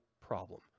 problem